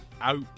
out